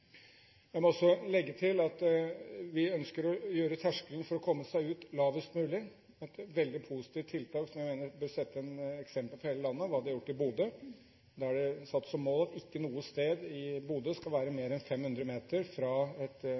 også legge til at vi ønsker å gjøre terskelen for å komme seg ut lavest mulig. Et veldig positivt tiltak som jeg mener bør sette et eksempel for hele landet, er hva man har gjort i Bodø, der det er satt som mål at det ikke noe sted i Bodø skal være mer enn 500